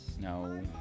No